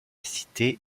cité